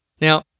Now